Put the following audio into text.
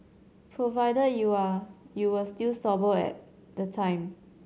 provided you are you were still sober at the time